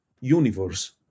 universe